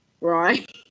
Right